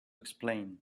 explain